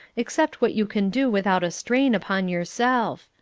except what you can do without a strain upon yourself.